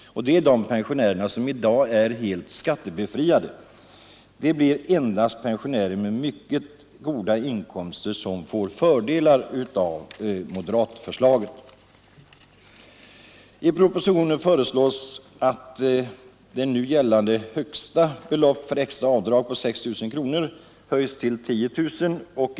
Det är de pensionärerna som i dag är helt skattebefriade. Det blir endast pensionärer med mycket goda inkomster som får fördelar av moderatförslaget. I propositionen föreslås att det nu gällande högsta beloppet för extra avdrag på 6 000 kronor höjs till 10 000 kronor.